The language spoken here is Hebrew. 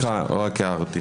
סליחה, רק הערתי.